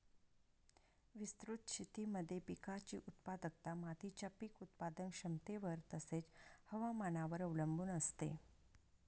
विस्तृत शेतीमध्ये पिकाची उत्पादकता मातीच्या पीक उत्पादन क्षमतेवर तसेच, हवामानावर अवलंबून असते